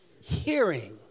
hearing